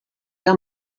que